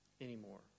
anymore